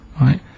right